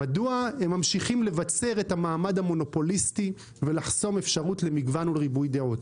ממשיכים לבצר את המעמד המונופוליסטי ולחסום אפשרות למגוון ולריבוי דעות?